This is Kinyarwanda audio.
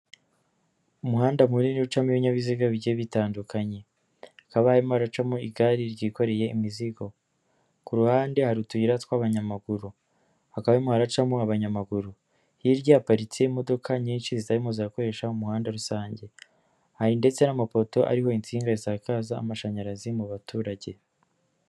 Umuhanda munini ucamo ibinyabiziga bigiye bitandukanye, hakaba harimo haracamo igare ryikoreye imizigo, ku ruhande hari utuyira tw'abanyamaguru, hakaba harimo haracamo abanyamaguru, hirya haparitse imodoka nyinshi zitarimo zarakoresha umuhanda rusange, hari ndetse n'amapoto ariho insinga zisakaza amashanyarazi mu baturage.